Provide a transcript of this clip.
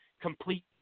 complete